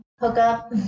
hookup